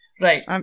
Right